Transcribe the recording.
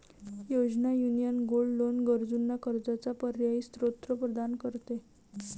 योजना, union gold loan गरजूंना कर्जाचा पर्यायी स्त्रोत प्रदान करते